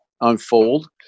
unfold